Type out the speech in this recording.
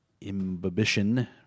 imbibition